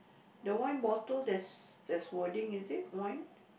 the wine bottle there's there's wording is it wine